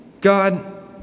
God